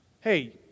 hey